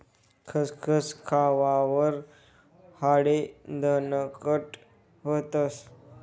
खसखस खावावर हाडे दणकट व्हतस